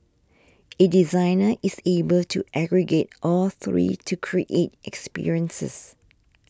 a designer is able to aggregate all three to create experiences